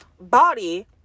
body